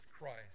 Christ